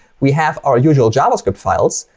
we have our usual javascript files,